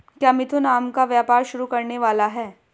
क्या मिथुन आम का व्यापार शुरू करने वाला है?